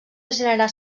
generar